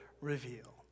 reveal